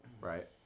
Right